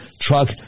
truck